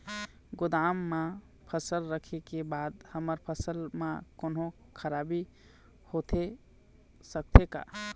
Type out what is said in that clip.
गोदाम मा फसल रखें के बाद हमर फसल मा कोन्हों खराबी होथे सकथे का?